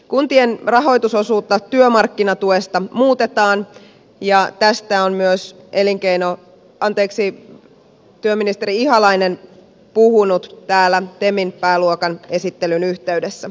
kuntien rahoitusosuutta työmarkkinatuesta muutetaan ja tästä on myös työministeri ihalainen puhunut täällä temin pääluokan esittelyn yhteydessä